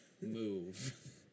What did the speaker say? move